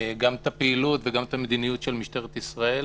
גם את הפעילות וגם את המדיניות של משטרת ישראל,